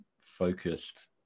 focused